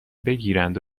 بگیرند